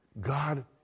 God